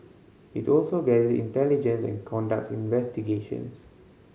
it also gather intelligence and conducts investigations